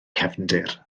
cefndir